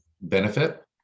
benefit